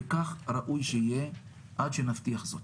וכך ראוי שיהיה עד שנבטיח זאת,